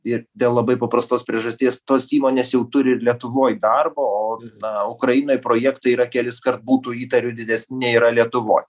ir dėl labai paprastos priežasties tos įmonės jau turi lietuvoj darbo o na ukrainoj projektai yra keliskart būtų įtariu didesni nei yra lietuvoj